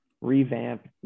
revamp